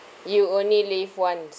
you only live once